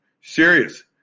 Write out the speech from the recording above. Serious